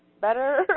better